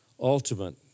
ultimate